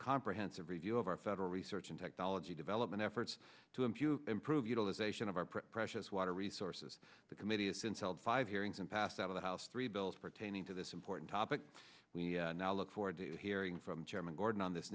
comprehensive review of our federal research and technology development efforts to impute improve utilization of our precious water resources the committee has since held five hearings and passed out of the house three bills pertaining to this important topic we now look forward to hearing from chairman gordon on this